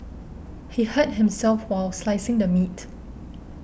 he hurt himself while slicing the meat